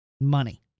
Money